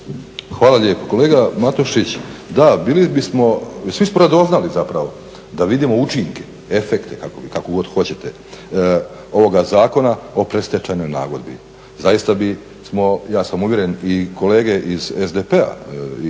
Hvala lijepo. Kolega Matošić, da bili bi smo, svi smo radoznali zapravo da vidimo učinke, efekte kako god hoćete ovog Zakona o predstečajnoj nagodbi. Zaista bismo, ja sam uvjeren i kolege iz SDP-a i iz